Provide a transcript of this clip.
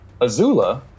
Azula